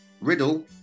Riddle